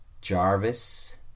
Jarvis